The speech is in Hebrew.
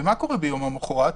ומה קורה ביום המוחרת?